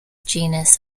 genus